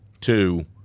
Two